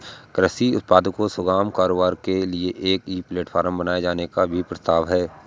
कृषि उत्पादों का सुगम कारोबार के लिए एक ई प्लेटफॉर्म बनाए जाने का भी प्रस्ताव है